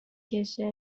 کشه